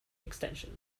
extension